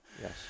Yes